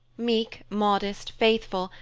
meek, modest, faithful,